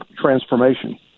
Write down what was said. transformation